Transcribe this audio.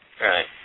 Right